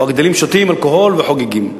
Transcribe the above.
או הגדולים שותים אלכוהול וחוגגים.